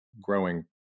growing